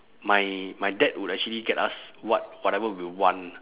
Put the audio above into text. my my dad would actually get us what whatever we want